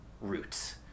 roots